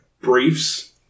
briefs